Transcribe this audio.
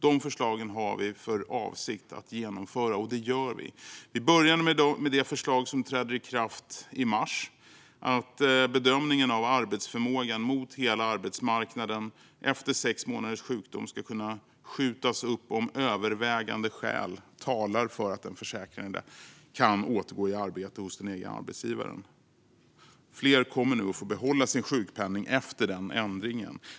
De förslagen har vi för avsikt att genomföra, och det gör vi. Vi började med det förslag som trädde i kraft i mars: att bedömningen av arbetsförmågan mot hela arbetsmarknaden efter sex månaders sjukdom ska kunna skjutas upp om övervägande skäl talar för att den försäkrade kan återgå i arbete hos den egna arbetsgivaren. Efter den ändringen kommer fler att få behålla sin sjukpenning.